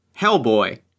Hellboy